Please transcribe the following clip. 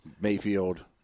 Mayfield